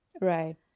Right